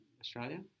Australia